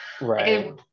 Right